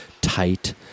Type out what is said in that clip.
tight